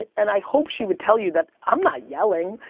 and i hope she would tell you that i'm not yelling,